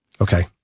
Okay